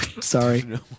Sorry